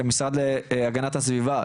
שהמשרד להגנת הסביבה,